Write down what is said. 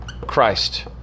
Christ